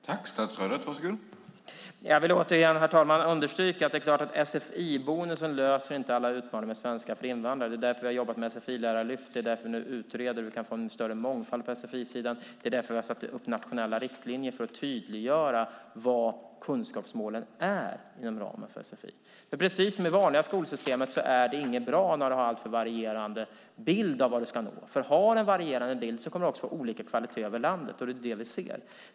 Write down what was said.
Herr talman! Jag vill återigen understryka att det är klart att sfi-bonusen inte löser alla utmaningar med svenska för invandrare. Det är därför vi har jobbat med sfi-lärarlyft och utreder hur vi kan få större mångfald på sfi-sidan. Vi har satt upp nationella riktlinjer för att tydliggöra vilka kunskapsmålen är inom ramen för sfi. Precis som inom det vanliga skolsystemet är det inte bra när man har alltför varierande bild av vad man ska nå. Har man en varierande bild kommer det också att vara olika kvalitet över landet. Det är det vi ser.